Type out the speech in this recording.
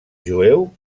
jueu